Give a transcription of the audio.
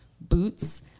boots